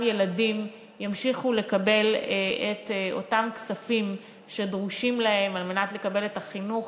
ילדים ימשיכו לקבל את אותם כספים שדרושים להם על מנת לקבל את החינוך,